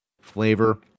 flavor